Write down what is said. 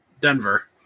Denver